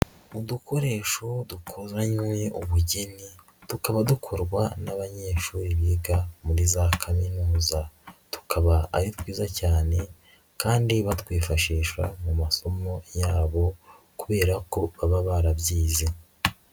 Udukoresho dukuranywe ubugeni tukaba dukorwa n'abanyeshuri biga muri za kaminuza, tukaba ari twiza cyane kandi batwifashisha mu masomo yabo kubera ko baba barabyize.